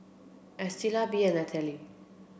Estela Bee and Natalie